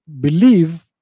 believe